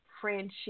friendship